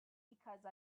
because